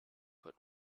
but